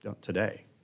today